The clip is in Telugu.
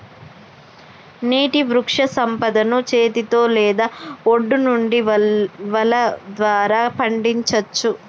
నీటి వృక్షసంపదను చేతితో లేదా ఒడ్డు నుండి వల ద్వారా పండించచ్చు